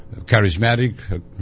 charismatic